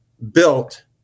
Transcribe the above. built